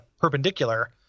perpendicular